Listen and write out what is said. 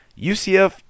UCF